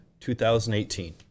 2018